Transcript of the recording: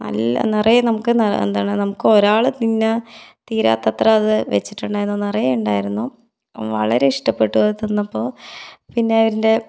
നല്ല നിറയെ നമുക്ക് എന്താണ് നമുക്ക് ഒരാൾ തിന്നാൻ തീരാത്ത അത്ര അത് വെച്ചിട്ടുണ്ടായിരുന്നു നിറയെ ഉണ്ടായിരുന്നു വളരെ ഇഷ്ടപ്പെട്ടു അത് തിന്നപ്പോൾ പിന്നെ അവരിൻ്റെ